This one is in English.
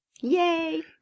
yay